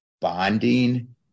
bonding